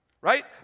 Right